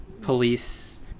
police